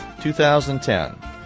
2010